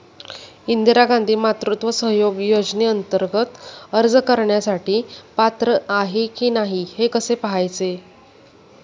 इंदिरा गांधी मातृत्व सहयोग योजनेअंतर्गत अर्ज करण्यासाठी पात्र आहे की नाही हे कसे पाहायचे?